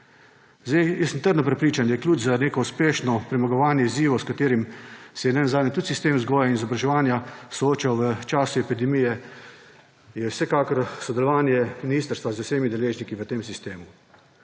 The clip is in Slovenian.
bilo. Jaz sem trdno prepričan, da ključ za neko uspešno premagovanje izzivov, s katerimi se je nenazadnje tudi sistem vzgoje in izobraževanja soočal v času epidemije, je vsekakor sodelovanje ministrstva z vsemi deležniki v tem sistemu,